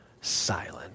silent